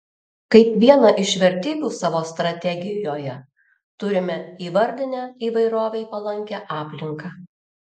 kaip vieną iš vertybių savo strategijoje turime įvardinę įvairovei palankią aplinką